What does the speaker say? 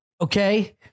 okay